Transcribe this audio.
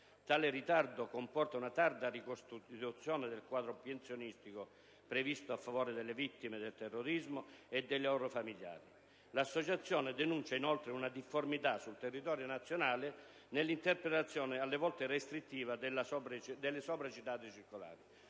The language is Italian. Tale ritardo comporta una tarda ricostituzione del quadro pensionistico previsto a favore delle vittime del terrorismo e dei loro familiari. L'Associazione denuncia, inoltre, una difformità, sul territorio nazionale, nell'interpretazione, alle volte restrittiva, delle sopra citate circolari.